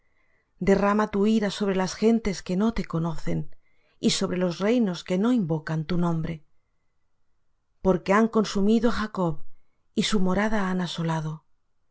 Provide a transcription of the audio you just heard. derrama tu ira sobre las gentes que no te conocen y sobre los reinos que no invocan tu nombre porque han consumido á jacob y su morada han asolado